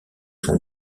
sont